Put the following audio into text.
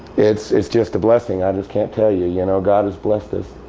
it's it's just a blessing. i just can't tell you, you know? god has blessed us,